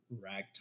Ragtime